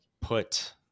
put